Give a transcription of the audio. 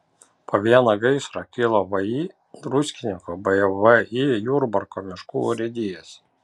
po vieną gaisrą kilo vį druskininkų bei vį jurbarko miškų urėdijose